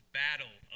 battle